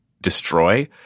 destroy